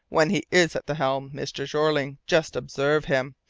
when he is at the helm, mr. jeorling, just observe him!